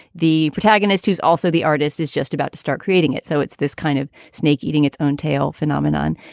the protagonist who's also the artist is just about to start creating it. so it's this kind of snake eating its own tail phenomenon.